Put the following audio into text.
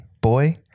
boy